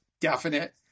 definite